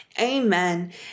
Amen